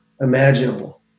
imaginable